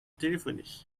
téléphoner